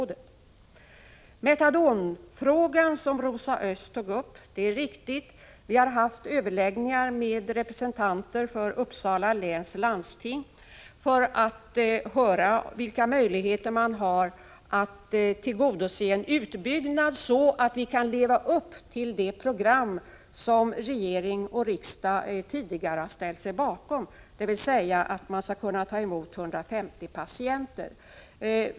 Beträffande metadonfrågan, som Rosa Östh tog upp, vill jag framhålla att det är riktigt att vi har haft överläggningar med representanter för Uppsala läns landsting för att undersöka vilka möjligheter som finns för att tillgodose behovet av utbyggnad, så att vi kan leva upp till det program som regering och riksdag tidigare har ställt sig bakom, dvs. att man skall kunna ta emot 150 patienter.